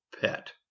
pet